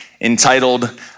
entitled